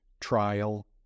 trial